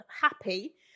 happy